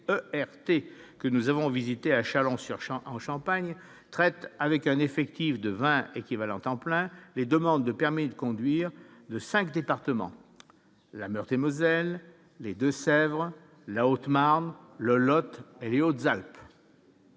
que nous avons visités à Châlon-sur-Saône en Champagne traite avec un effectif de 20 équivalents temps plein, les demandes de permis de conduire de 5 département la Meurthe-et-Moselle, les Deux-Sèvres, la Haute-Marne, le Lot, Hautes-Alpes.